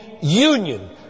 union